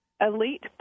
Elite